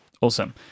Awesome